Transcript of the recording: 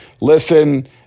listen